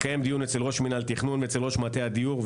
התקיים דיון אצל ראש מנהל תכנון ואצל ראש מטה הדיור,